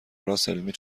راسل، می